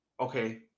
Okay